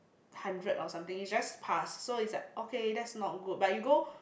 hundred or something you just pass so is like okay that's not good but you go